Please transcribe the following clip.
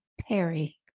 Perry